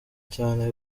cyane